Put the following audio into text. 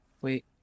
Wait